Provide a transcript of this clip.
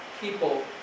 people